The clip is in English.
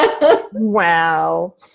Wow